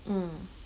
mm